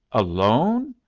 alone?